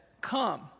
come